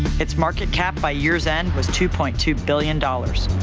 its market cap by years-end was two point two billion dollars.